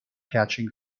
catching